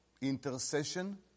intercession